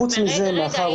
חוץ מזה --- רגע,